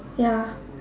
ya